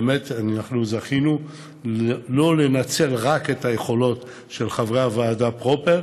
באמת אנחנו זכינו לנצל לא רק את היכולות של חברי הוועדה פרופר,